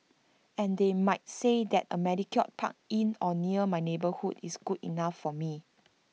and they might say that A manicured park in or near my neighbourhood is good enough for me